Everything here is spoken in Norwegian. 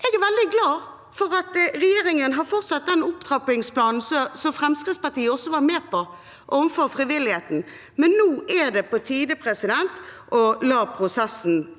Jeg er veldig glad for at regjeringen har fortsatt den opptrappingsplanen som Fremskrittspartiet også var med på overfor frivilligheten, men nå er det på tide å la prosessen